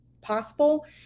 possible